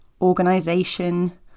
organization